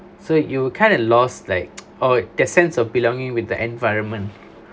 so you kind of lost like oh that sense of belonging with the environment